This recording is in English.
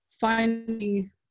finding